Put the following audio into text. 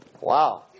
Wow